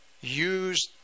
use